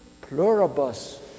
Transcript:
pluribus